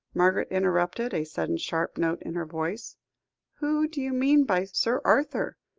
margaret interrupted, a sudden sharp note in her voice who do you mean by sir arthur?